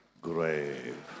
grave